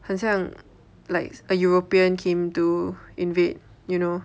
很像 like a european came to invade you know